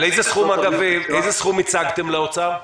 איזה סכום הצגתם למשרד האוצר?